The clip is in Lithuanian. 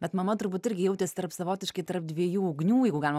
bet mama turbūt irgi jautėsi tarp savotiškai tarp dviejų ugnių jeigu galima